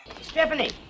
Stephanie